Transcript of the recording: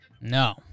No